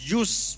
use